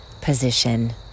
position